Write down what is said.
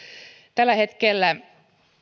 tällä hetkellä